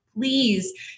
please